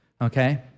okay